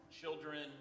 children